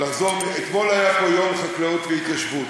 אתמול היה פה יום החקלאות וההתיישבות.